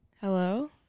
Hello